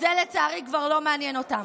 זה לצערי כבר לא מעניין אותם.